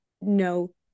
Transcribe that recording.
no